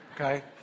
okay